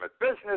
business